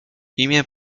imię